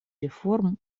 реформ